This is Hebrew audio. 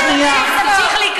אדוני השר איוב קרא,